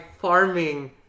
farming